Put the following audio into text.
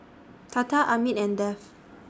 Tata Amit and Dev